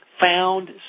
Found